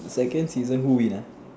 second season who win ah